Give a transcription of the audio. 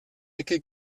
ecke